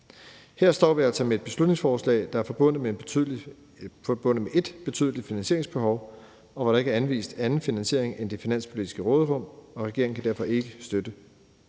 Her står vi altså med et beslutningsforslag, der er forbundet med et betydeligt finansieringsbehov, og hvor der ikke er anvist anden finansiering end det finanspolitiske råderum, og regeringen kan derfor ikke støtte